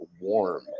warm